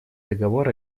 договор